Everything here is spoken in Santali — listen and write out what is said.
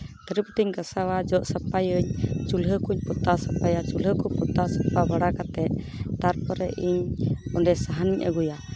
ᱛᱷᱟᱹᱨᱤ ᱵᱟᱹᱴᱤᱧ ᱜᱟᱥᱟᱣᱟ ᱡᱚᱜ ᱥᱟᱯᱷᱟᱭᱟᱹᱧ ᱪᱩᱞᱦᱟᱹ ᱠᱚᱧ ᱯᱚᱛᱟᱣ ᱥᱟᱯᱟᱭᱟ ᱪᱩᱞᱦᱟᱹ ᱠᱚ ᱯᱚᱛᱟᱣ ᱥᱟᱯᱟ ᱵᱟᱲᱟ ᱠᱟᱛᱮᱜ ᱛᱟᱨᱯᱚᱨᱮ ᱤᱧ ᱚᱸᱰᱮ ᱥᱟᱦᱟᱱᱤᱧ ᱟᱹᱜᱩᱭᱟ